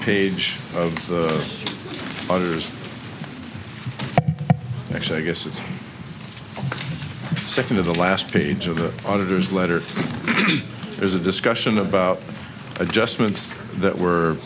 page of others actually i guess it's second to the last page of the auditors letter is the discussion about adjustments that